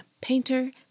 Painter